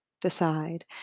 decide